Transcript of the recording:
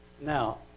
now